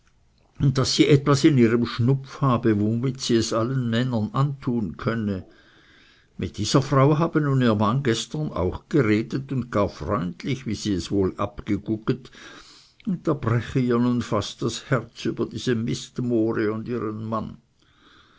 und daß sie etwas in ihrem schnupf habe womit sie es allen männern antun könne mit dieser frau habe nun ihr mann gestern auch geredet und gar freundlich wie sie es wohl abgegugget und da breche ihr nun fast das herz über diese mistmohre und ihren mann